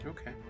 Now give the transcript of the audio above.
Okay